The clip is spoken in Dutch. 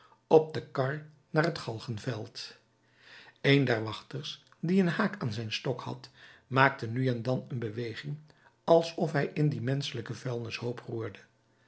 op de kar naar het galgenveld een der wachters die een haak aan zijn stok had maakte nu en dan een beweging alsof hij in dien menschelijken